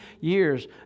years